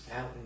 out